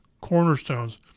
cornerstones